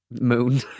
Moon